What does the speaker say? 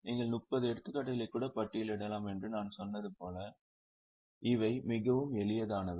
நீங்கள் 30 எடுத்துக்காட்டுகளை கூட பட்டியலிடலாம் என்று நான் சொன்னது போல இவை மிகவும் எளிதானவை